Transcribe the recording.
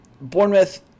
Bournemouth